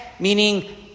Meaning